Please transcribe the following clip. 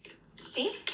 See